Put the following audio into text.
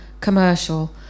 commercial